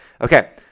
Okay